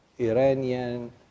iranian